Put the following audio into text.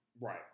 Right